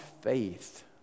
faith